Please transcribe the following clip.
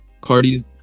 Cardi's